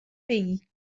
pays